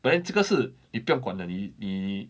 but then 这个事你不用管的你呢